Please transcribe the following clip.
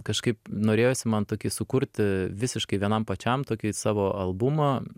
kažkaip norėjosi man tokį sukurti visiškai vienam pačiam tokį savo albumą